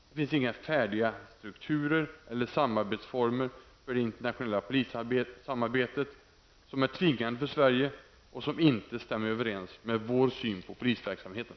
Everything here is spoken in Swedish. Det finns inga färdiga strukturer eller samarbetsformer för det internationella polisarbetet som är tvingande för Sverige och som inte stämmer överens med vår syn på polisverksamheten.